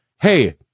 hey